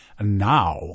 now